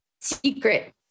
secret